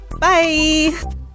Bye